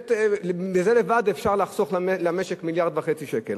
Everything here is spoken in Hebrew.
מזה בלבד אפשר לחסוך למשק מיליארד וחצי שקל.